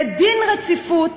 לדין רציפות